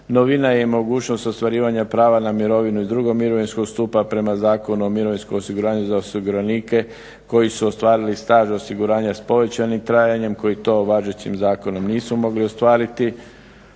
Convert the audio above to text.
Novina je i mogućnost ostvarivanja prava na mirovinu iz drugog mirovinskog stupa prema Zakonu o mirovinskom osiguranju za osiguranike koji su ostvarili staž osiguranja s povećanim trajanjem koji to važećim zakonom nisu mogli ostvariti.